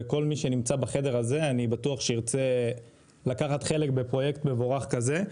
וכל מי שנמצא בחדר הזה אני בטוח שירצה לקחת חלק בפרויקט מבורך כזה.